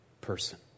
person